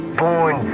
born